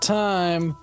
time